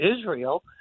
Israel